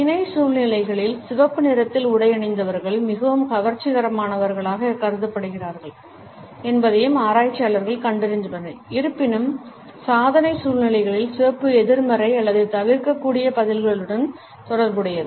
இணை சூழ்நிலைகளில் சிவப்பு நிறத்தில் உடையணிந்தவர்கள் மிகவும் கவர்ச்சிகரமானவர்களாக கருதப்படுகிறார்கள் என்பதையும் ஆராய்ச்சியாளர்கள் கண்டறிந்துள்ளனர் இருப்பினும் சாதனை சூழ்நிலைகளில் சிவப்பு எதிர்மறை அல்லது தவிர்க்கக்கூடிய பதில்களுடன் தொடர்புடையது